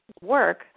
work